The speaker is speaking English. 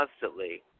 constantly